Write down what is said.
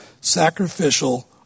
sacrificial